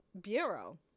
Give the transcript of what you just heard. bureau